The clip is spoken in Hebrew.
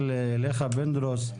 אתה מפריע לדיון, עמיחי.